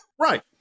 Right